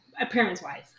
appearance-wise